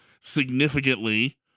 significantly